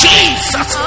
Jesus